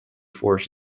forest